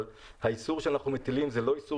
אבל האיסור שאנחנו מטילים הוא לא איסור